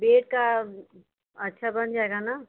bed का अच्छा बन जाएगा ना